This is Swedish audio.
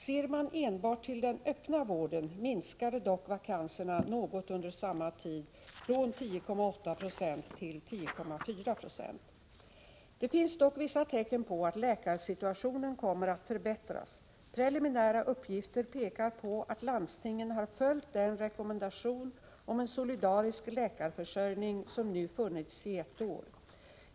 Ser man enbart till den öppna vården minskade dock vakanserna något under samma tid — från 10,8 96 till 10,4 96. Det finns emellertid vissa tecken på att läkarsituationen kommer att förbättras. Preliminära uppgifter pekar på att landstingen har följt den rekommendation om en solidarisk läkarförsörjning som nu funnits i ett år.